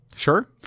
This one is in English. Sure